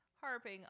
harping